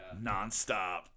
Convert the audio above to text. nonstop